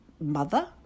mother